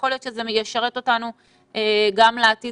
ויכול להיות שזה ישרת אותנו גם לעתיד